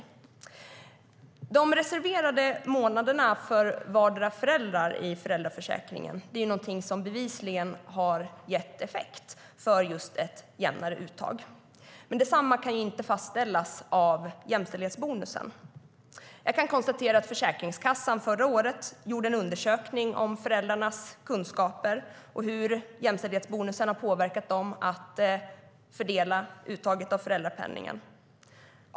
Jag kan konstatera att Försäkringskassan förra året gjorde en undersökning om föräldrarnas kunskaper om jämställdhetsbonusen och hur den har påverkat dem vid fördelningen av uttaget av föräldrapenningen.